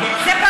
זה לא בתקנון,